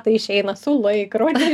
tai išeina su laikrodžiai